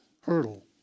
hurdle